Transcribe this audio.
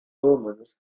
omens